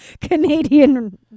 Canadian